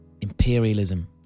imperialism